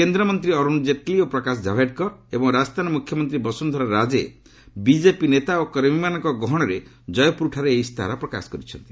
କେନ୍ଦ୍ରମନ୍ତ୍ରୀ ଅର୍ଗଣ ଜେଟଲୀ ଓ ପ୍ରକାଶ କାଭଡେକର ଏବଂ ରାଜସ୍ଥାନ ମୁଖ୍ୟମନ୍ତ୍ରୀ ବସୁନ୍ଧରା ରାଜେ ବିଜେପି ନେତା ଓ କର୍ମୀମାନଙ୍କ ଗହଣରେ କୟପୁରଠାରେ ଏହି ଇସ୍ତାହାର ପ୍ରକାଶ କରିଛନ୍ତି